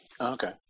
Okay